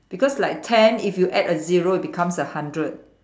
because like ten if you add a zero it becomes a hundred